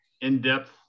in-depth